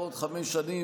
בעוד חמש שנים,